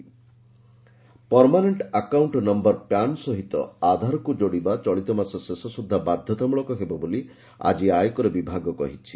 PAN Aadhaar permanent account number PAN ସହିତ ଆଧାରକୁ ଯୋଡିବା ଚଳିତମାସ ଶେଷ ସୁଦ୍ଧା ବାଧ୍ୟତାମୂଳକ ହେବ ବୋଲି ଆଜି ଆୟକର ବିଭାଗ କହିଛି